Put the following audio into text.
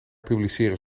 publiceren